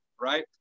right